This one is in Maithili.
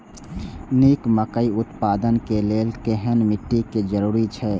निक मकई उत्पादन के लेल केहेन मिट्टी के जरूरी छे?